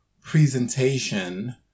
presentation